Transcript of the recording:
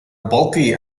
bulky